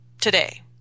today